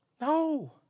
No